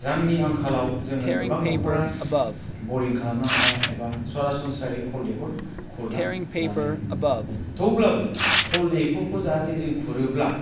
रांनि आंखालाव जोङो गोबां न'खरा बयरिं खालामनो हाया एबा सरासनस्रायै खल दैखर खुरना लानाय नुनो मोनो थेवब्लाबो खल दैखरखौ जाहाथे जों खुरोब्ला